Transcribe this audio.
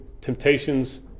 temptations